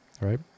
Right